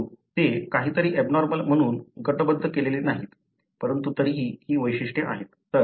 परंतु ते काहीतरी एबनॉर्मल म्हणून गटबद्ध केलेले नाहीत परंतु तरीही ही वैशिष्ट्ये आहेत